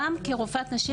גם כרופאת נשים,